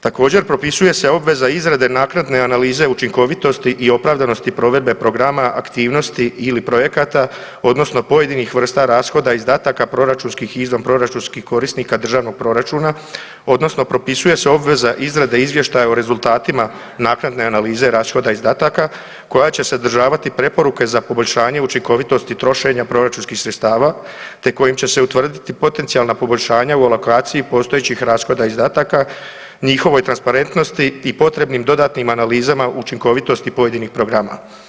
Također, propisuje se obveza izrade naknadne analize učinkovitosti i opravdanosti provedbe programa aktivnosti ili projekata odnosno pojedinih vrsta rashoda, izdataka proračunskih i izvanproračunskih korisnika državnog proračuna, odnosno propisuje se obveza izrade izvještaja o rezultatima naknade analize rashoda i izdataka koja će sadržavati preporuke za poboljšanje učinkovitosti i trošenja proračunskih sredstava te kojim će se utvrditi potencijalna poboljšanja u alokaciji postojećih rashoda i izdataka, njihovoj transparentnosti i potrebnim dodatnim analizama učinkovitosti pojedinih programa.